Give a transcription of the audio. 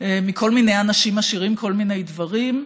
מכל מיני אנשים עשירים כל מיני דברים.